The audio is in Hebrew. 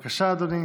בבקשה, אדוני.